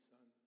Son